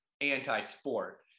anti-sport